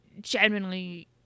genuinely